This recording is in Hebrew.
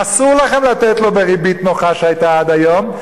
אסור לכם לתת לו בריבית הנוחה שהיתה עד היום,